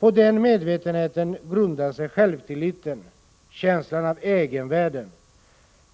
På den medvetenheten grundar sig självtilliten, känslan av egenvärde,